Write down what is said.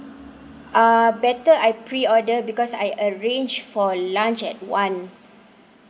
uh better I pre-order because I arrange for lunch at one